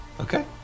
Okay